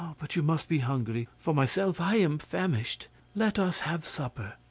um but you must be hungry, for myself, i am famished let us have supper.